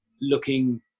looking